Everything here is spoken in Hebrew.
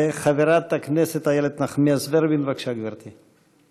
חברת הכנסת איילת נחמיאס ורבין, בבקשה, גברתי.